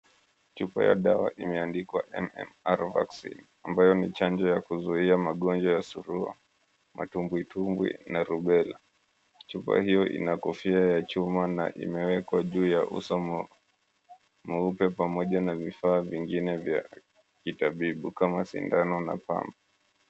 Chupa ya dawa imeandikwa, Mm Arrow vaccine, ambayo ni chanjo ya kuzuia magonjwa ya surua, matumbwitumbwi na rubela. Chupa hio ina kofia ya chuma na imewekwa juu ya uso mweupe pamoja na vifaa vingine vya kitabibu kama sindano na pamba.